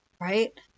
right